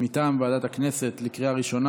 מטעם ועדת הכנסת לקריאה הראשונה.